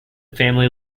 family